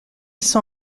son